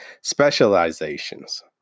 specializations